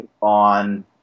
on